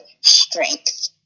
strength